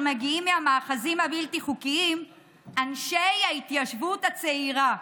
מגיעים מהמאחזים הבלתי-חוקיים "אנשי ההתיישבות הצעירה".